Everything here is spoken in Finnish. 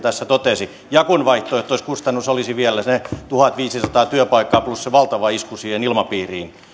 tässä totesi ja kun vaihtoehtoiskustannus olisi vielä se tuhatviisisataa työpaikkaa plus se valtava isku siihen ilmapiiriin